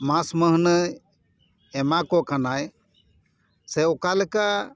ᱢᱟᱥ ᱢᱟᱹᱦᱱᱟᱹᱭ ᱮᱢᱟ ᱠᱚ ᱠᱟᱱᱟᱭ ᱥᱮ ᱚᱠᱟ ᱞᱮᱠᱟ